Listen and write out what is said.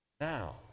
Now